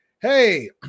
Hey